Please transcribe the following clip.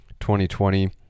2020